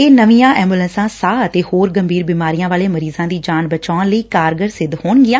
ਇਹ ਨਵੀਆਂ ਐੱਬੁਲੈਂਸਾਂ ਸਾਹ ਅਤੇ ਹੋਰ ਗੰਭੀਰ ਬੀਮਾਰੀਆਂ ਵਾਲੇ ਮਰੀਜ਼ਾਂ ਦੀ ਜਾਨ ਬਚਾਉਣ ਲਈ ਕਾਰਗਰ ਸਿੱਧ ਹੋਣਗੀਆਂ